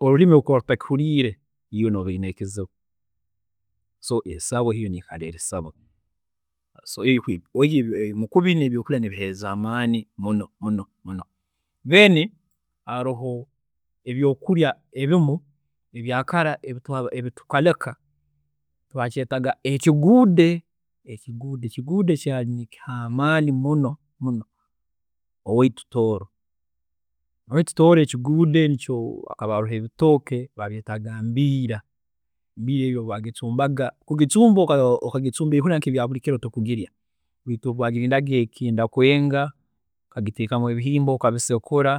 ﻿Olurimi obu rukuba rutakihuriire, iwe nooba oyine ekizibu, so esabwe yo neikara eri sabwe, so omukubi n'ebyokurya nibiheereza amaani muno, muno muno. Then haroho ebyokurya ebimu ebya kara ebi- ebitukareka, baakyeetaga ekiguude, ekiguude, ekiguude kyaari nikiha amaani muno muno owaitu Tooro. Owaitu tooro ekiguude ekyo hakaba haroho ebitooke baabyeetaga mbiira, mbiira egi obu baagicuumbaga, kugicuumba, okagicuumba nk'ebyokurya ebyaburi kiro tokugirya, baitu obu wagilindaga ekenda kweenga, okagiteekamu ebihimba okabisekura,